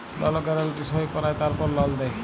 লল গ্যারান্টি সই কঁরায় তারপর লল দেই